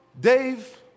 Dave